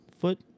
foot